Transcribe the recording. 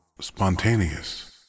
spontaneous